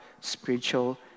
spiritual